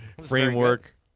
framework